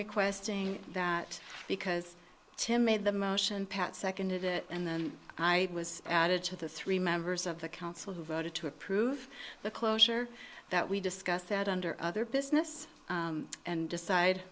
requesting that because tim made the motion pat seconded it and then i was added to the three members of the council who voted to approve the closure that we discussed that under other business and decide